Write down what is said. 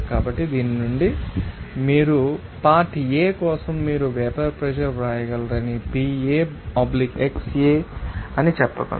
కాబట్టి దీని నుండి మీరు పార్ట్ A కోసం మీరు వేపర్ ప్రెషర్ వ్రాయగలరని PA xA అని చెప్పగలను